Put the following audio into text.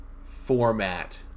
format